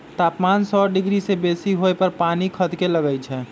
तापमान सौ डिग्री से बेशी होय पर पानी खदके लगइ छै